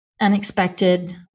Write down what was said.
unexpected